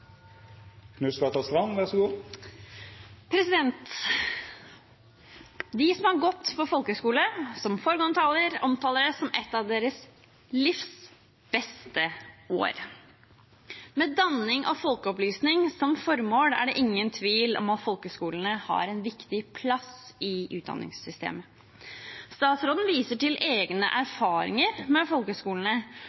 som et av sitt livs beste år. Med danning og folkeopplysning som formål er det ingen tvil om at folkehøgskolene har en viktig plass i utdanningssystemet. Statsråden viser til egne erfaringer med folkehøgskolene, og det er